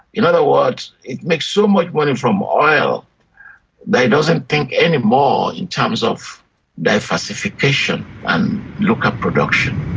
in other words, it makes so much money from oil that it doesn't think anymore in terms of diversification and local production.